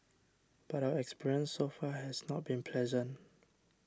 but our experience so far has not been pleasant